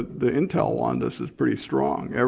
the intel on this is pretty strong.